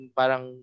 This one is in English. parang